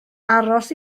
aros